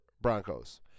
Broncos